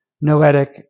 noetic